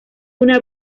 una